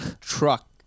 truck